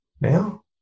now